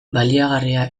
baliagarria